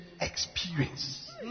experience